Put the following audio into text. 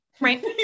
right